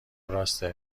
راسته